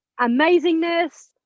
amazingness